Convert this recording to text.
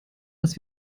als